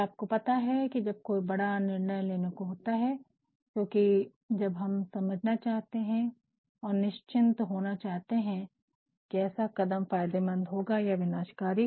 और आपको पता है जब कोई बड़ा निर्णय लेने को होता है क्योकि जब हम समझना चाहते है और निचिंत होना चाहते है कि ऐसा कदम फायदेमंद होगा या विनाशकारी